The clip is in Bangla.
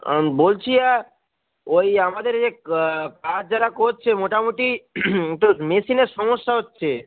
বলছি ওই আমাদের যে কাজ যারা করছে মোটামুটি তো মেশিনের সমস্যা হচ্ছে